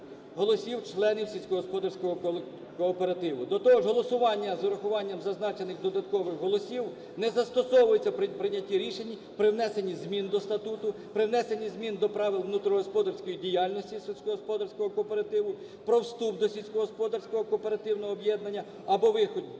голосів членів сільськогосподарського кооперативу. До того ж голосування з урахуванням зазначених додаткових голосів не застосовується при прийнятті рішень, при внесенні змін до статуту, при внесенні змін до правил внутрігосподарської діяльності сільськогосподарського кооперативу, про вступ до сільськогосподарського кооперативного об'єднання або вихід